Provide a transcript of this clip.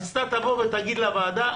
אז אתה תבוא לוועדה ותגיד,